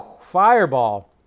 fireball